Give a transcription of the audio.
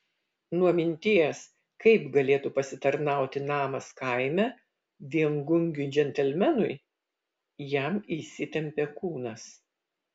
nuo minties kaip galėtų pasitarnauti namas kaime viengungiui džentelmenui jam įsitempė kūnas